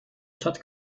stadt